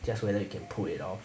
just whether you can pull it off